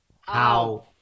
how-